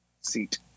seat